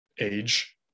age